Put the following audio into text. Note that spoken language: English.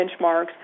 benchmarks